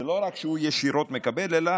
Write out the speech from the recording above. זה לא רק שהוא ישירות מקבל אלא